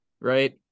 right